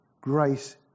grace